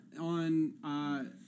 On